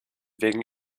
wegen